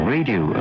Radio